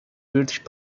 british